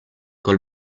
col